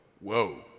whoa